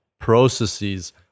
processes